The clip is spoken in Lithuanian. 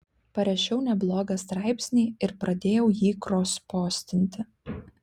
parašiau neblogą straipsnį ir pradėjau jį krospostinti